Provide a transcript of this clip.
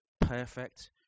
perfect